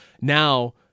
Now